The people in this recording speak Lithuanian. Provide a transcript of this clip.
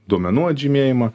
duomenų atžymėjimą